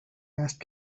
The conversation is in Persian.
است